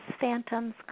phantoms